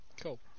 cool